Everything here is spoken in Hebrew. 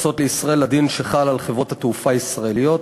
שטסות לישראל לדין שחל על חברות התעופה הישראליות.